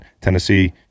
Tennessee